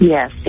Yes